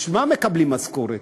בשביל מה מקבלים משכורת?